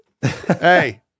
hey